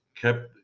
kept